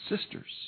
sisters